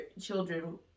children